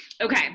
Okay